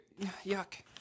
yuck